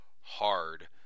hard